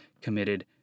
committed